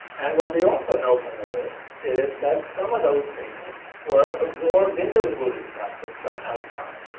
and what we also know from the list is that some of those things were absorbed into the buddhist practice from outside.